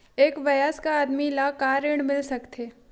एक वयस्क आदमी ल का ऋण मिल सकथे?